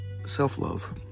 Self-love